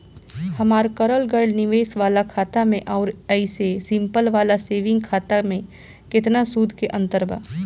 हमार करल गएल निवेश वाला खाता मे आउर ऐसे सिंपल वाला सेविंग खाता मे केतना सूद के अंतर बा?